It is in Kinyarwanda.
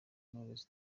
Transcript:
knowless